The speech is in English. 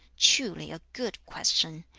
truly a good question!